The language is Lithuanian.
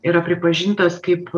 yra pripažintas kaip